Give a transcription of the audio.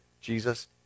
Jesus